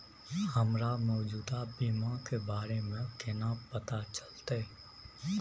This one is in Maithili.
हमरा मौजूदा बीमा के बारे में केना पता चलते?